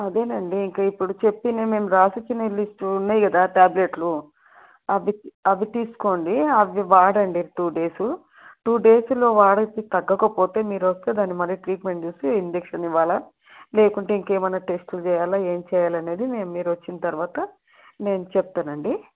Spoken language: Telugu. అదే అండి ఇంక ఇప్పుడు చెప్పి మేము రాసి ఇచ్చిన లిస్టు ఉన్నాయి కదా టాబ్లెట్లు అవి అవి తీసుకోండి అవి వాడండి టూ డేసు టూ డేస్లో వాడితే తగ్గకపోతే మీరు వస్తే దాని మళ్ళీ ట్రీట్మెంట్ చేసి ఇంజక్షన్ ఇవ్వాలా లేకుంటే ఇంకా ఏమన్న టెస్టులు చేయాలా ఏమి చేయాలి అనేది నేను మీరు వచ్చిన తర్వాత నేను చెప్తాను అండి